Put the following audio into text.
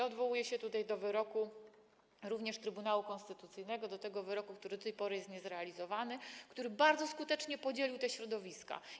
Odwołuję się tutaj do wyroku Trybunału Konstytucyjnego, do tego wyroku, który do tej pory jest niezrealizowany, który bardzo skutecznie podzielił te środowiska.